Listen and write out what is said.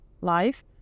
life